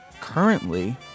currently